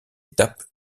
étape